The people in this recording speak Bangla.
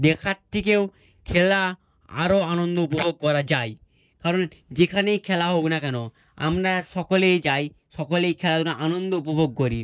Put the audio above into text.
দেখার থেকেও খেলা আরও আনন্দ উপভোগ করা যাই কারণ যেখানেই খেলা হোক না কেন আমরা সকলেই যাই সকলেই খেলাধুলা আনন্দ উপভোগ করি